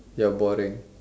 you are boring